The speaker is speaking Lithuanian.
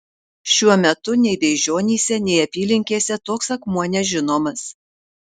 šiuo metu nei beižionyse nei apylinkėse toks akmuo nežinomas